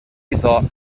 iddo